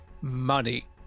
money